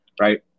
right